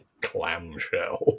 Clamshell